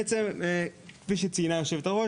בעצם כמו שציינה היו"ר,